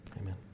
Amen